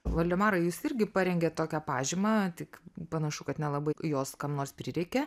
voldemarai jūs irgi parengėt tokią pažymą tik panašu kad nelabai jos kam nors prireikė